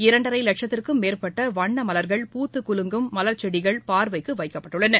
இரண்டரை லட்சத்திற்கும் மேற்பட்ட வண்ண மலர்கள் பூத்துக் குலுங்கும் மலர் செடிகள் பார்வைக்கு வைக்கப்பட்டுள்ளன